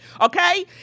okay